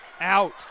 out